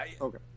Okay